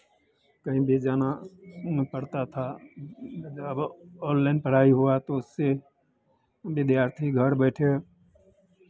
कहीं भी जाना आना पड़ता था ऑनलाइन पढ़ाई हुआ तो उससे विद्यार्थी घर बैठे